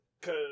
cause